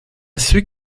ceux